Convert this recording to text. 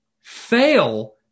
fail